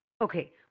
okay